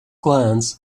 glance